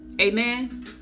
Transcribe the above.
Amen